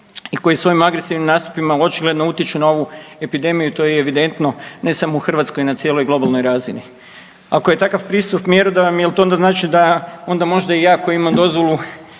i koji svojim agresivnim nastupima očigledno utječu na ovu epidemiju i to je evidentno ne samo u Hrvatskoj, na cijeloj globalnoj razini. Ako je takav pristup mjerodavan, jel' to onda znači da onda možda i ja koji imam dozvolu